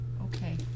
okay